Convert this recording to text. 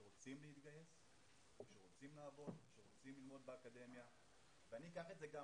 שרוצים ללמוד באקדמיה ואני אקח את זה גם